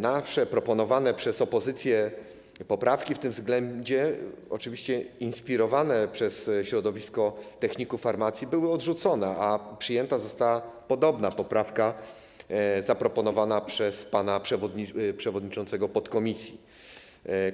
Nasze, proponowane przez opozycję poprawki w tym względzie, oczywiście inspirowane przez środowisko techników farmacji, zostały odrzucone, a przyjęta została podobna poprawka zaproponowana przez pana przewodniczącego podkomisji,